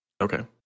Okay